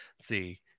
see